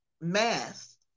math